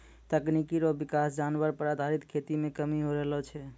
तकनीकी रो विकास जानवर पर आधारित खेती मे कमी होय रहलो छै